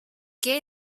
qué